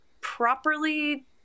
properly